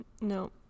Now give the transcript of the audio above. No